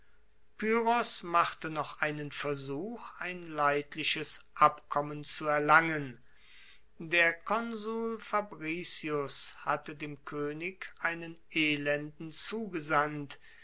pyrrhos machte noch einen versuch ein leidliches abkommen zu erlangen der konsul fabricius hatte dem koenig einen elenden zugesandt